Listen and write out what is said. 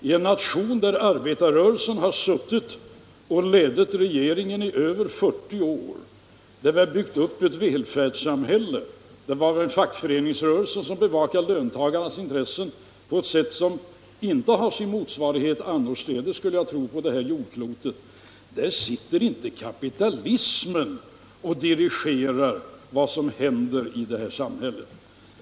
I en nation, där arbetarrörelsen har suttit och lett regeringen i över 40 år, där vi har byggt upp ett välfärdssamhälle och där vi har en fackföreningsrörelse som bevakar löntagarnas intressen på ett sätt som jag inte tror har sin motsvarighet annorstädes på jordklotet, där sitter inte kapitalismen och dirigerar vad som händer i samhället.